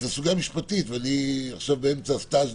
זאת סוגיה משפטית, ואני עכשיו באמצע הסטאז'